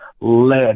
lead